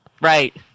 right